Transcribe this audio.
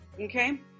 okay